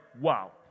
wow